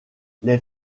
les